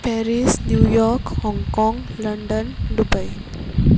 Paris New York Hong Kong London Dubai